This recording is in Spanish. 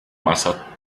masa